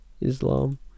Islam